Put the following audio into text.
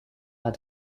are